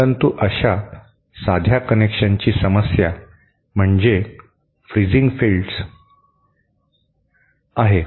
परंतु अशा साध्या कनेक्शनची समस्या म्हणजे फ्रिजिंग फिल्ड्स आहे